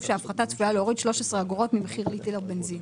שההפחתה צפויה להוריד 13 אגורות ממחיר ליטר בנזין.